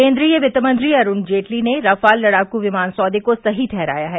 केन्द्रीय वित्त मंत्री अरूण जेटली ने राफाल लड़ाकू विमान सौदे को सही ठहराया है